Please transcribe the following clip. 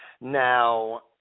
Now